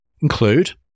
include